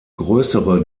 größere